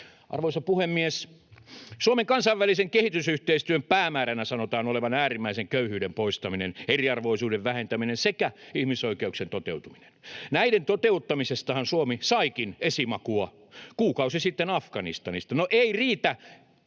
Arvoisa puhemies! Suomen kansainvälisen kehitysyhteistyön päämääränä sanotaan olevan äärimmäisen köyhyyden poistaminen, eriarvoisuuden vähentäminen sekä ihmisoikeuksien toteutuminen. Näiden toteuttamisestahan Suomi saikin esimakua kuukausi sitten Afganistanista. Ei riitä, että